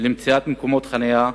למציאת מקומות חנייה